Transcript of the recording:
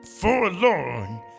Forlorn